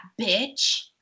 bitch